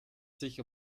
sich